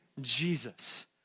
Jesus